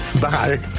Bye